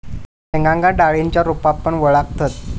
शेंगांका डाळींच्या रूपात पण वळाखतत